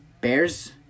Bears